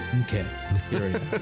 Okay